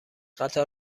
قطار